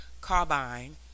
carbine